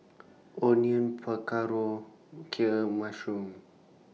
Onion Pakaro Kheer mashroom